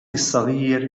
الصغير